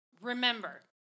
Remember